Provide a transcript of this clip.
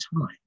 time